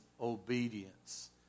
Obedience